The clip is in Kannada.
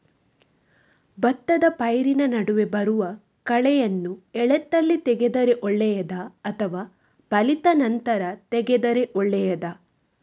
ಭತ್ತದ ಪೈರಿನ ನಡುವೆ ಬರುವ ಕಳೆಯನ್ನು ಎಳತ್ತಲ್ಲಿ ತೆಗೆದರೆ ಒಳ್ಳೆಯದಾ ಅಥವಾ ಬಲಿತ ನಂತರ ತೆಗೆದರೆ ಒಳ್ಳೆಯದಾ?